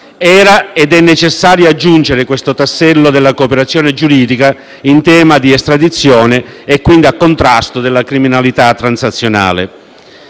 Era ed è necessario aggiungere questo tassello della cooperazione giuridica in tema di estradizione e, quindi, a contrasto della criminalità transnazionale.